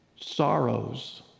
Sorrows